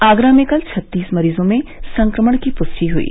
आगरा में कल छत्तीस मरीजों में संक्रमण की पुष्टि ह्यी